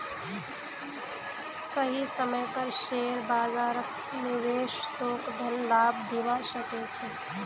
सही समय पर शेयर बाजारत निवेश तोक धन लाभ दिवा सके छे